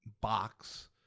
box